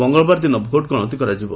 ମଙ୍ଗଳବାର ଦିନ ଭୋଟ୍ଗଣତି କରାଯିବ